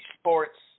Sports